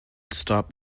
stop